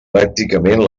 pràcticament